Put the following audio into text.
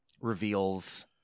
reveals